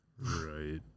Right